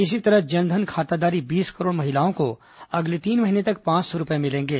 इसी तरह जन धन खाताधारी बीस करोड़ महिलाओं को अगले तीन महीने तक पांच सौ रूपए मिलेंगे